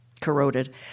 corroded